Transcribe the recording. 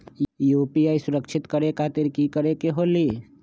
UPI सुरक्षित करे खातिर कि करे के होलि?